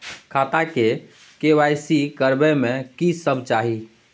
खाता के के.वाई.सी करबै में की सब चाही?